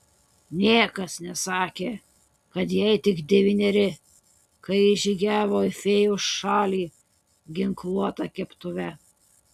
niekas nesakė kad jai tik devyneri kai ji žygiavo į fėjų šalį ginkluota keptuve